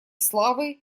славы